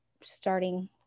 starting